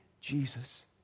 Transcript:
Jesus